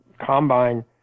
combine